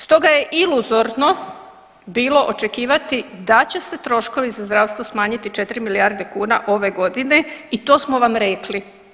Stoga je iluzorno bilo očekivati da će se troškovi za zdravstvo smanjiti 4 milijarde kuna ove godine i to smo vam rekli.